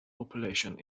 population